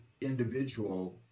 individual